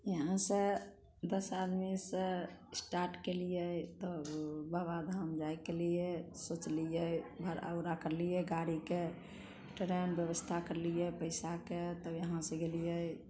यहाँसँ दश आदमीसँ स्टार्ट कयलियै तब बाबाधाम जाइके लिए सोचलियै भाड़ा ओड़ा करलियै गाड़ीके ट्रेन व्यवस्था करलियै पैसाके तब यहाँ से गेलियै